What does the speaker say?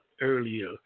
earlier